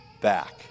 Back